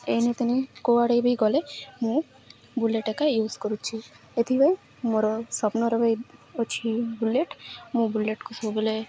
ଏଇନେତିନି କୁଆଡ଼େ ବି ଗଲେ ମୁଁ ବୁଲେଟ୍ ଏକ ଏକା ୟୁଜ୍ କରୁଛି ଏଥିପାଇଁ ମୋର ସ୍ଵପ୍ନର ଅଛି ବୁଲେଟ୍ ମୁଁ ବୁଲେଟ୍କୁ ସବୁବେଲେ